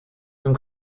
zum